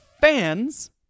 fans